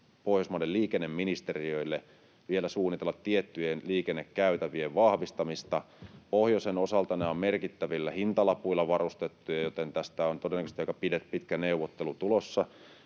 Pohjoismaiden liikenneministeriöille vielä toimeksiannon suunnitella tiettyjen liikennekäytävien vahvistamista. Pohjoisen osalta ne ovat merkittävillä hintalapuilla varustettuja, joten tästä on todennäköistesti aika pitkä neuvottelu tulossa,